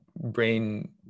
brain